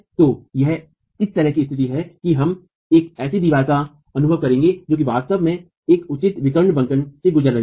तो यह इस तरह की स्थिति है कि हम एक ऐसी दीवार का अनुभव करेंगे जो वास्तव में एक उचित विकर्ण बंकन से गुजर रही है